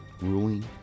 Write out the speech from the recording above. ruling